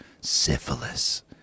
Syphilis